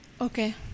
Okay